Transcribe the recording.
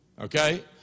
okay